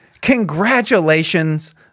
Congratulations